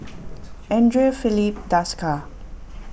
andre Filipe Desker